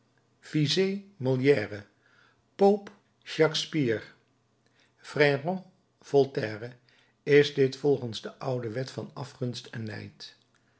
visé molière pope shakspeare freron voltaire is dit volgens de oude wet van afgunst en nijd